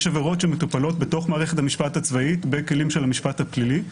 יש עבירות שמטופלות בתוך מערכת המשפט הצבאי בכלים של המשפט הפלילי.